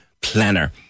planner